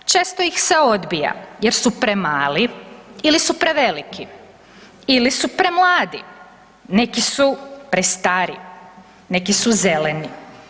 Često ih se odbija jer su premali ili su preveliki ili su premladi, neki su prestari, neki su zeleni.